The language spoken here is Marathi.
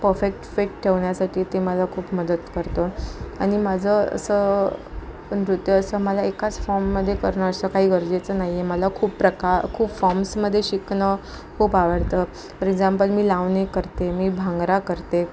पफेक्ट फेक्ट ठेवण्यासाठी ते मला खूप मदत करतो आणि माझं असं नृत्य असं मला एकाच फॉर्ममधे करणं असं काही गरजेचं नाही आहे मला खूप प्रका खूप फॉर्म्समधे शिकणं खूप आवडतं फॉर एक्झाम्पल मी लावणे करते मी भांगडा करते